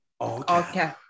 Okay